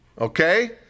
Okay